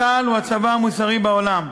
צה"ל הוא הצבא המוסרי בעולם.